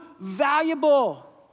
valuable